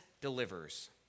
delivers